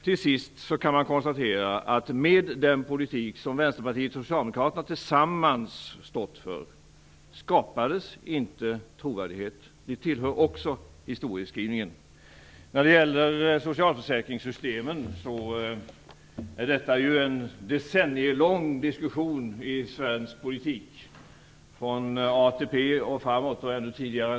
Till sist kan man konstatera att med den politik som Vänsterpartiet och Socialdemokraterna tillsammans har stått för skapades inte trovärdighet. Det tillhör också historieskrivningen. Socialförsäkringssystemen har varit föremål för en flera decennier lång diskussion i svensk politik, från ATP och framåt och även ännu tidigare.